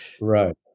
Right